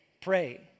pray